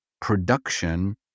production